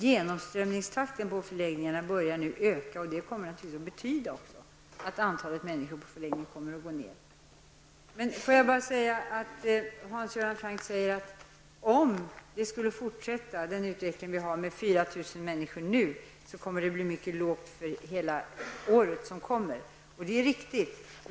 Genomströmningstakten börjar nu öka, vilket också betyder att antalet människor på förläggningarna kommer att gå ned. Hans Göran Franck sade att om utvecklingen med 4 000 asylsökande fortsätter, kommer antalet att bli mycket lågt för hela året. Det är riktigt.